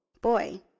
Boy